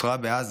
נותרה בעזה.